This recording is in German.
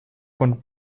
von